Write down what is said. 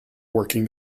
working